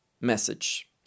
message